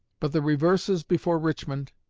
but the reverses before richmond,